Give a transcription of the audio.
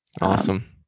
awesome